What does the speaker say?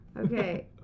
Okay